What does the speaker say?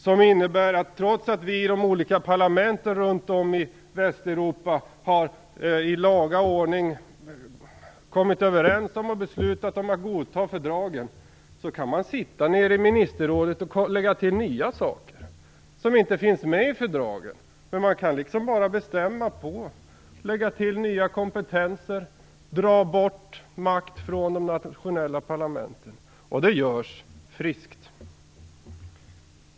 Den innebär att man kan sitta nere i ministerrådet och lägga till nya saker, som inte finns med i fördragen, trots att vi i de olika parlamenten runt om i Västeuropa i laga ordning har kommit överens om och beslutat att godta fördragen. Man kan bara bestämma att lägga till nya kompetenser och att dra bort makt från de nationella parlamenten. Det görs friskt.